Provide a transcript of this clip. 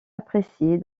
appréciée